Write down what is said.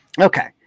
Okay